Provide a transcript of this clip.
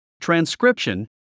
transcription